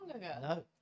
No